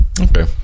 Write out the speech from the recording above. okay